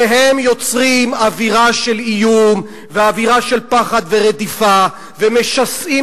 שיוצרים אווירה של איום ואווירה של פחד ורדיפה ומשסעים